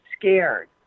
scared